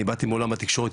אני באתי מעולם התקשורת,